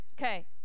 Okay